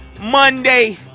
Monday